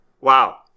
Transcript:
Wow